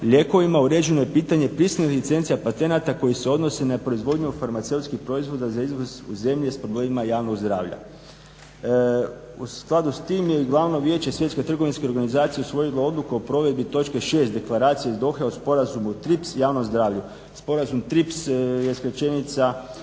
lijekovima uređeno je pitanje … licencija patenata koji se odnose na proizvodnju farmaceutskih proizvoda za izvoz u zemlje s problemima javnog zdravlja. U skladu s tim je i glavno vijeće Svjetske trgovinske organizacije usvojilo odluku o provedbi točke 6 Deklaracije iz Dohe o sporazumu TRIPS javno zdravlje. Sporazum TRIPS je skraćenica